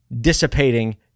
dissipating